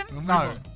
No